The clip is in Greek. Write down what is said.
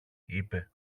είπε